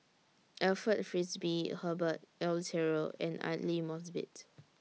Alfred Frisby Herbert Eleuterio and Aidli Mosbit